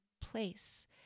place